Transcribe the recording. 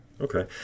Okay